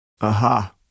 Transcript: Aha